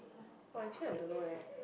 !wah! actually I don't know leh